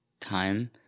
time